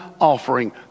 offering